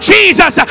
Jesus